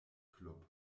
club